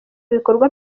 bikorwa